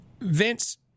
Vince